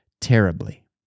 terribly